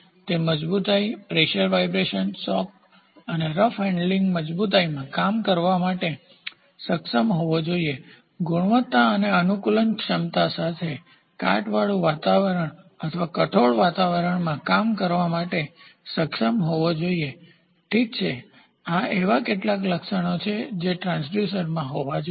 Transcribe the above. તે મજબૂતાઈ pressure vibration shock અને રફ હેન્ડલિંગ મજબૂતાઈમાં કામ કરવા સક્ષમ હોવો જોઈએ ગુણવત્તા અને અનુકૂલનક્ષમતા સાથે કાટવાળું વાતાવરણ અથવા કઠોર વાતાવરણમાં કામ કરવા સક્ષમ હોવો જોઈએ ઠીક છે આ એવા કેટલાક લક્ષણો છે જે ટ્રાન્સડ્યુસર હોવા જોઈએ